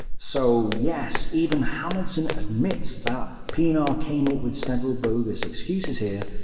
so yes, even hamilton admits that pienaar came up with several bogus excuses here,